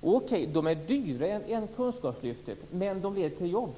Dessa utbildningar är visserligen dyrare än kunskapslyftet, men de leder till jobb.